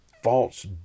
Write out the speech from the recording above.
false